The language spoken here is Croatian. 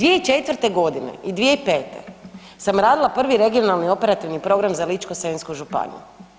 2004.g. i 2005. sam radila prvi regionalni operativni program za Ličko-senjsku županiju.